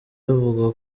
bavuga